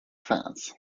fans